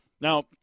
Now